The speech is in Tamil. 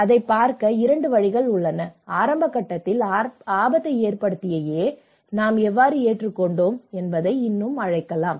அதைப் பார்க்க 2 வழிகள் உள்ளன ஆரம்ப கட்டத்தில் ஆபத்தை ஏற்படுத்திய A ஐ நாம் எவ்வாறு ஏற்றுக்கொண்டோம் என்பதை இன்னும் அழைக்கலாம்